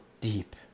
deep